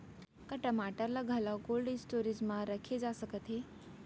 का टमाटर ला घलव कोल्ड स्टोरेज मा रखे जाथे सकत हे?